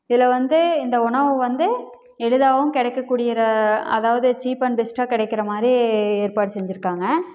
இதில் வந்து இந்த உணவு வந்து எளிதாகவும் கிடைக்கக்கூடியிற அதாவது சீப் அண்ட் பெஸ்ட்டாக கிடைக்கிற மாதிரி ஏற்பாடு செஞ்சுருக்காங்க